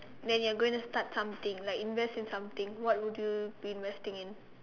when you're going to start something like invest in something what would you be investing in